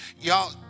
Y'all